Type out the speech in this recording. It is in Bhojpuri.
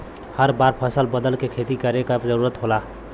हर बार फसल बदल के खेती करे क जरुरत होला